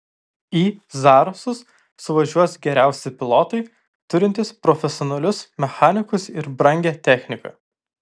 į zarasus suvažiuos geriausi pilotai turintis profesionalius mechanikus ir brangią techniką